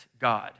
God